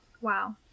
Wow